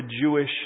Jewish